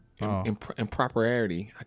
Improperity